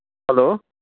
hello